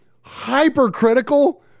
hypercritical